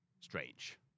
strange